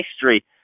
history